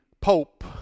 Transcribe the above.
Pope